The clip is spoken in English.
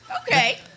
okay